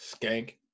Skank